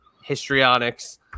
histrionics